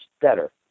better